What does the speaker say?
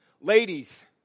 ladies